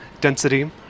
density